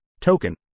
token